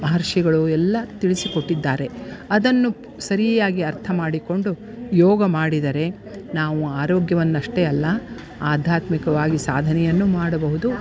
ಮಹರ್ಷಿಗಳು ಎಲ್ಲ ತಿಳಿಸಿಕೊಟ್ಟಿದ್ದಾರೆ ಅದನ್ನು ಸರಿಯಾಗಿ ಅರ್ಥ ಮಾಡಿಕೊಂಡು ಯೋಗ ಮಾಡಿದರೆ ನಾವು ಆರೋಗ್ಯವನ್ನ ಅಷ್ಟೇ ಅಲ್ಲ ಆಧ್ಯಾತ್ಮಿಕವಾಗಿ ಸಾಧನೆಯನ್ನು ಮಾಡಬಹುದು